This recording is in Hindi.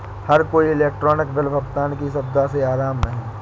हर कोई इलेक्ट्रॉनिक बिल भुगतान की सुविधा से आराम में है